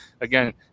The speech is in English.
again